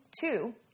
two